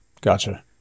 Gotcha